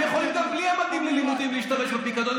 הם יכולים גם בלי המדים ללימודים להשתמש בפיקדון.